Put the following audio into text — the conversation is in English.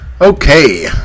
Okay